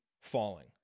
falling